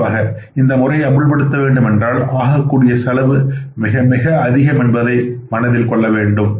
கண்டிப்பாக இந்த முறையை அமல்படுத்த வேண்டும் என்றால் ஆகக்கூடிய செலவு மிக மிக அதிகம் என்பதை மனதில் கொள்ள வேண்டும்